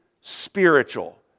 spiritual